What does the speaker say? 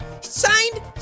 Signed